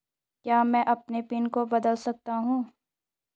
क्या मैं अपने पिन को बदल सकता हूँ?